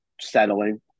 settling